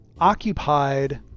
occupied